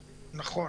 נכון.